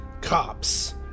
cops